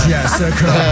Jessica